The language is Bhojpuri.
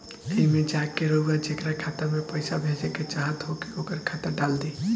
एईमे जा के रउआ जेकरा खाता मे पईसा भेजेके चाहत होखी ओकर खाता डाल दीं